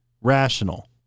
rational